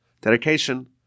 Dedication